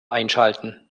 einschalten